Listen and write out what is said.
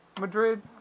Madrid